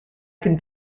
can